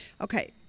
Okay